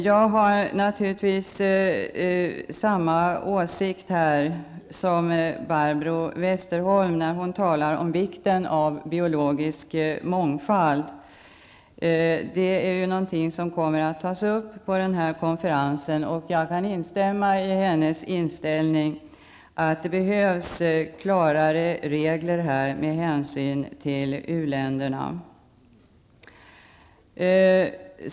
Jag har naturligtvis samma åsikt som Barbro Westerholm, när hon talar om vikten av biologisk mångfald. Det är någonting som kommer att tas upp på den här konferensen. Jag kan instämma i hennes inställning, att det behövs klarare regler med hänsyn till u-länderna.